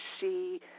see